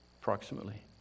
approximately